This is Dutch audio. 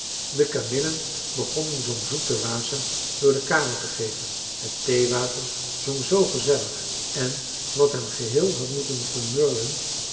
de kamillen begonnen zoo'n zoeten wasem door de kamer te geven het theewater zong zoo gezellig en wat hem geheel had moeten vermurwen